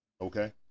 Okay